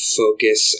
focus